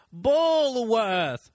Bullworth